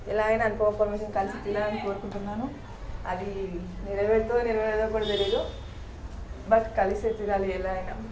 ఎలా అయినా అనుపమ పరమేశ్వరన్ని కలిసి తీరాలని కోరుకుంటున్నాను అది నెరవేరతదో నెరవేరదో కూడా తెలియదు బట్ కలిసే తీరాలి ఎలా అయినా